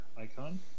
icon